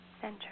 center